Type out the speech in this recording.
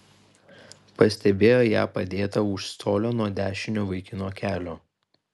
pastebėjo ją padėtą už colio nuo dešinio vaikino kelio